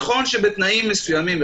נכון שבתנאים מסוימים,